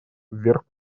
вверх